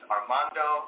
Armando